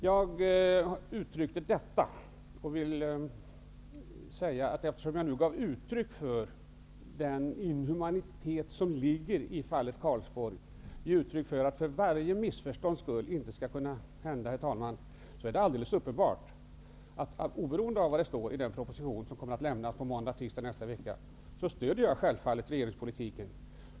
Jag gav uttryck för den inhumanitet som ligger i fallet Karlsborg, men för att undvika alla missförstånd vill jag säga att jag, oberoende av vad det står i den proposition som kommer att avlämnas på måndag, tisdag nästa vecka, stöder jag självfallet regeringspolitiken.